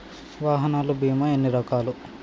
వాహనాల బీమా ఎన్ని రకాలు?